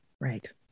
Right